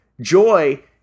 joy